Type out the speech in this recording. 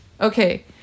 Okay